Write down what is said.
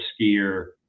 skier